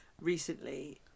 recently